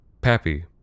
Pappy